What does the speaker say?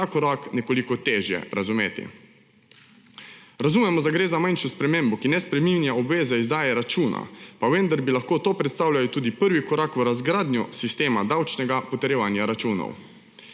korak nekoliko težje razumeti. Razumemo, da gre za manjšo spremembo, ki ne spreminja obveze izdaje računa, pa vendar bi lahko to predstavljajo tudi prvi korak v razgradnjo sistema davčnega potrjevanja računov.